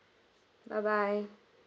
bye bye